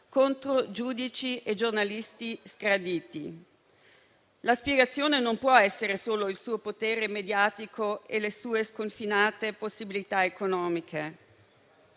contro giudici e giornalisti sgraditi? La spiegazione non può essere solo il suo potere mediatico e le sue sconfinate possibilità economiche.